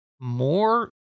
more